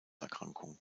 erkrankung